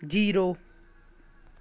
zero